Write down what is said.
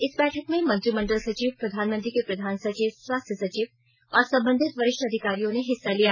इस बैठक में मंत्रिमंडल सचिव प्रधानमंत्री के प्रधान सचिव स्वास्थ सचिव और संबंधित वरिष्ठ अधिकारियों ने हिस्सा लिया